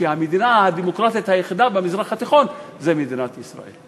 שהמדינה הדמוקרטית היחידה במזרח התיכון זו מדינת ישראל.